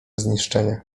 zniszczenia